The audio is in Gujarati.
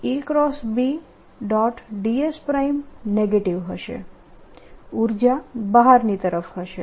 dS નેગેટીવ હશે ઉર્જા બહારની તરફ હશે